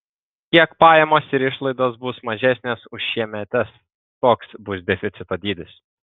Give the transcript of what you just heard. kiek pajamos ir išlaidos bus mažesnės už šiemetes koks bus deficito dydis